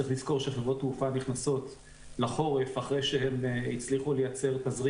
צריך לזכור שחברות תעופה נכנסות לחורף אחרי שהן הצליחו לייצר תזרים